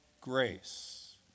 grace